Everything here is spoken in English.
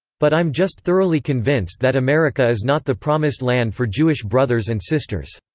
but i'm just thoroughly convinced that america is not the promised land for jewish brothers and sisters.